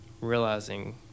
realizing